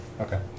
Okay